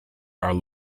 are